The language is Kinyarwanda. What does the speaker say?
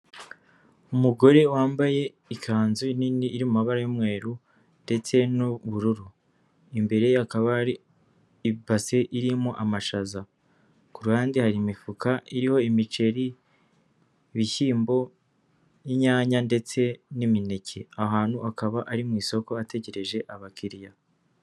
Umugore wambaye ikanzu nini iri mu mabara y'umweru ndetse n'ubururu imbere ye hakaba ari ibase irimo amashaza ku bandi hari imifuka iriho imiceri, ibishyimbo, inyanya ndetse n'imineke, ahantu akaba ari mu isoko ategereje abakiriya.